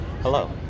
Hello